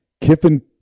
Kiffin